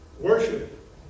Worship